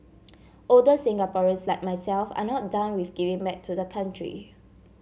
older Singaporeans like myself are not done with giving back to the country